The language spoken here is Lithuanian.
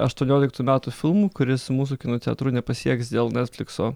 aštuonioliktų metų filmų kuris mūsų kino teatrų nepasieks dėl netflikso